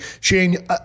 Shane